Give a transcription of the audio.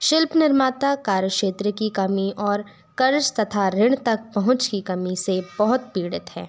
शिल्प निर्माता कार्य क्षेत्र की कमी और कर्ज़ तथा ऋण तक पहुँच की कमी से बहुत पीड़ित हैं